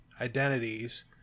identities